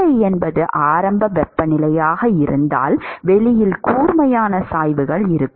Ti என்பது ஆரம்ப வெப்பநிலையாக இருந்தால் வெளியில் கூர்மையான சாய்வுகள் இருக்கும்